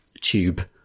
tube